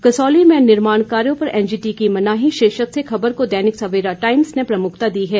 कसौली में निर्माण कार्यों पर एनजीटी की मनाही शीर्षक से खबर को दैनिक सेवरा टाइम्स ने प्रमुखता दी है